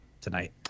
tonight